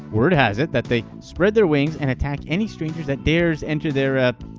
word has it that they spread their wings and attack any strangers that dares enter their ah,